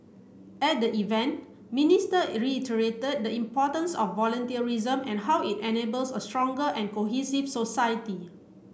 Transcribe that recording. at the event Minister reiterated the importance of volunteerism and how it enables a stronger and cohesive society